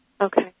Okay